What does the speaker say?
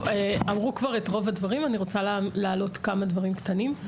אמרו כבר את רוב הדברים ואני רוצה להעלות כמה דברים קטנים.